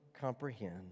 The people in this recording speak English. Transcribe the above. comprehend